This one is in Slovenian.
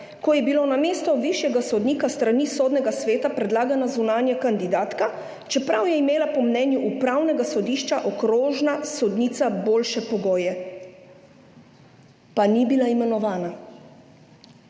ko je bila na mesto višjega sodnika s strani Sodnega sveta predlagana zunanja kandidatka, čeprav je imela po mnenju Upravnega sodišča okrožna sodnica boljše pogoje. Pa ni bila imenovana.